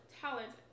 talent